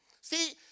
See